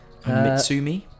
Mitsumi